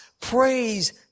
praise